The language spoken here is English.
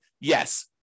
yes